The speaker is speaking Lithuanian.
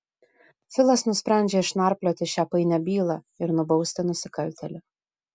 filas nusprendžia išnarplioti šią painią bylą ir nubausti nusikaltėlį